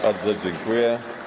Bardzo dziękuję.